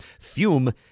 Fume